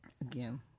Again